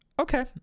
okay